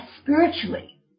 spiritually